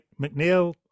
McNeil